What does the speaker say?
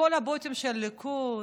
כול הבוטים של הליכוד,